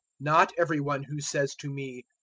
not every one who says to me,